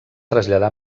traslladà